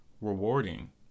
rewarding